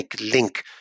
link